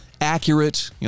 accurate